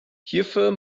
hierfür